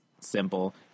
simple